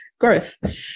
growth